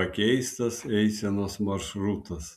pakeistas eisenos maršrutas